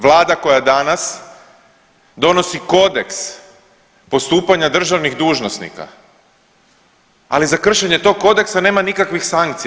Vlada koja danas donosi Kodeks postupanja državnih dužnosnika, ali za kršenje tog Kodeksa nema nikakvih sankcija.